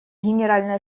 генеральной